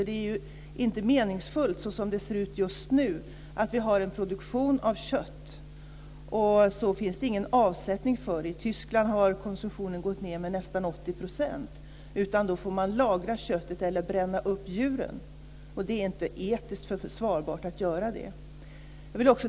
Det är inte meningsfullt som det ser ut just nu att ha en produktion av kött utan att det finns någon avsättning för den. I Tyskland har konsumtionen gått ned med nästan 80 %. Då får köttet lagras eller djuren brännas upp. Det är inte etiskt försvarbart att göra det.